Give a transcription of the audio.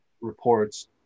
reports